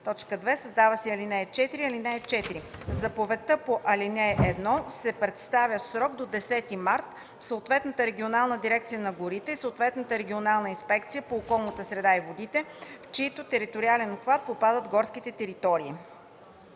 2. Създава се ал. 4: „(4) Заповедта по ал. 1 се представя в срок до 10 март в съответната регионална дирекция по горите и съответната регионална инспекция по околната среда и водите, в чийто териториален обхват попадат горските територии.”